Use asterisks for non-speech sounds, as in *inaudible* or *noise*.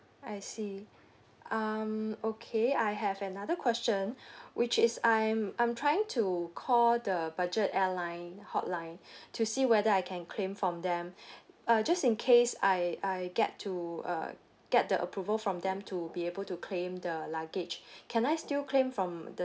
I see um okay I have another question *breath* which is I'm I'm trying to call the budget airline hotline *breath* to see whether I can claim from them *breath* uh just in case I I get to uh get the approval from them to be able to claim the luggage *breath* can I still claim from the